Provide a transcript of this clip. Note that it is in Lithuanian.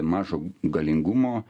mažo galingumo